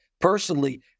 personally